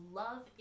love